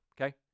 okay